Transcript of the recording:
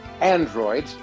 Android